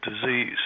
disease